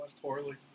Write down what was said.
Poorly